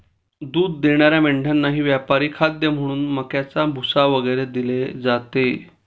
दूध देणाऱ्या मेंढ्यांनाही व्यापारी खाद्य म्हणून मक्याचा भुसा वगैरे दिले जाते